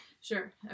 sure